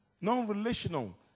non-relational